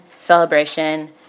celebration